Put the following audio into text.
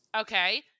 Okay